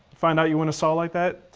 find out you won a saw like that?